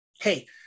hey